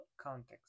context